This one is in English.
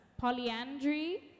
Polyandry